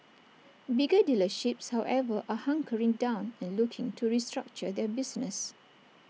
bigger dealerships however are hunkering down and looking to restructure their business